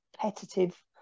competitive